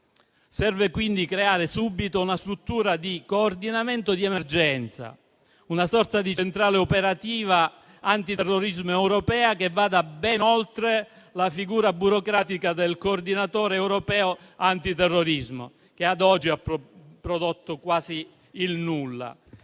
Serve quindi creare subito una struttura di coordinamento di emergenza, una sorta di centrale operativa antiterrorismo europea che vada ben oltre la figura burocratica del coordinatore europeo antiterrorismo, che ad oggi ha prodotto quasi il nulla.